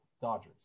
Dodgers